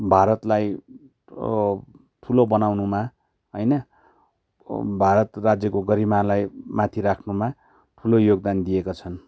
भारतलाई ठुलो बनाउनुमा होइन भारत राज्यको गरिमालाई माथि राख्नुमा ठुलो योगदान दिएका छन्